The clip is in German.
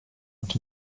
und